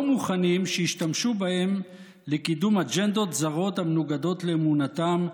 מוכנים שישתמשו בהם לקידום אג'נדות זרות המנוגדות לאמונתם,